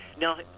Now